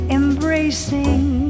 embracing